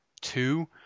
two